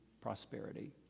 prosperity